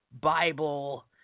Bible